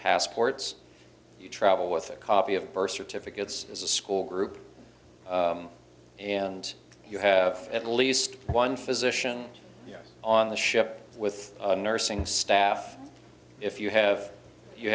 passports you travel with a copy of birth certificates as a school group and you have at least one physician on the ship with nursing staff if you have you